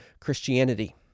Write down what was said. Christianity